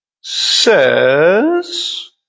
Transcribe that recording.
says